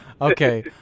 Okay